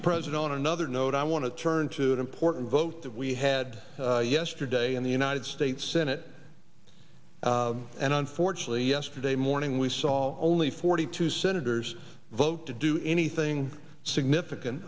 mr president on another note i want to turn to an important vote that we had yesterday in the united states senate and unfortunately yesterday morning we saw only forty two senators vote to do anything significant